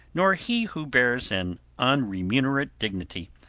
nor he who bears an unremunerate dignity,